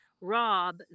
rob